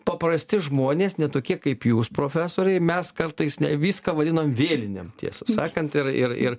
paprasti žmonės ne tokie kaip jūs profesoriai mes kartais viską vadinam vėlinėm tiesą sakant ir ir ir